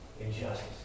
Injustice